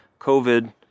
COVID